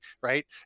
Right